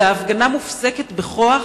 וההפגנה מופסקת בכוח,